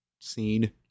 scene